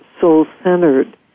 soul-centered